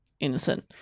innocent